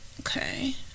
Okay